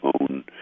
own